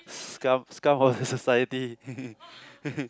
scum scum of the society